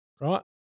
Right